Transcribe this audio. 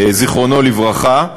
זיכרונו לברכה.